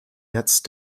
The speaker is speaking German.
jetzt